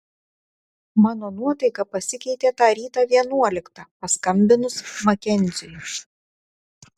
mano nuotaika pasikeitė tą rytą vienuoliktą paskambinus makenziui